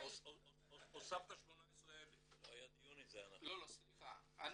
הוספת 18,000. סליחה,